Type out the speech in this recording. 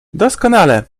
doskonale